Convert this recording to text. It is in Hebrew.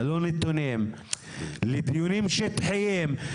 ללא נתונים, לדיונים שטחיים.